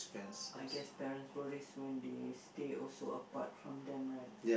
I guess parents worries when they stay also apart from them right